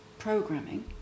Programming